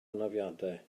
anafiadau